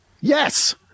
Yes